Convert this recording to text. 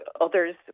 others